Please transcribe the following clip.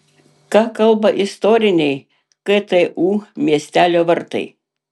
ką kalba istoriniai ktu miestelio vartai